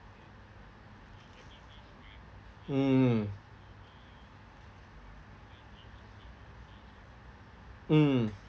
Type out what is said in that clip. mm mm